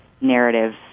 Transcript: narrative